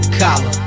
collar